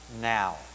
now